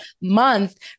month